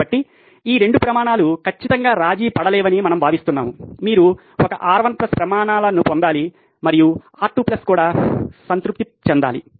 కాబట్టి ఈ 2 ప్రమాణాలు ఖచ్చితంగా రాజీపడలేవని మనము భావిస్తున్నాము మీరు ఒక R1 ప్లస్ ప్రమాణాలు సంతృప్తి పరచాలి మరియు R2 ప్లస్ కూడా సంతృప్తి చెందాలి